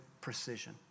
precision